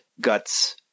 guts